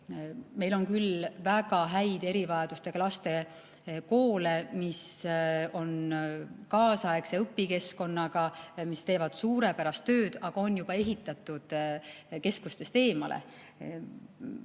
Meil on küll väga häid erivajadustega laste koole, mis on kaasaegse õpikeskkonnaga, mis teevad suurepärast tööd, aga on juba ehitatud keskustest eemale.